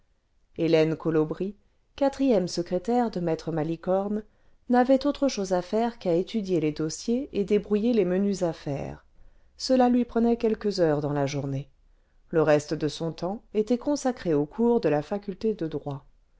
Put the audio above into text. hélène colobry quatrième secrétaire de m malicorne n'avait autre chose à faire qu'à étudier les dossiers et débrouiller les menues affaires cela lui prenait quelques heures dans la journée le reste de son temps était consacré aux cours de la faculté de droit